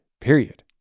period